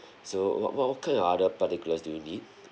so what what what kind of other particulars do you need